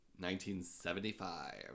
1975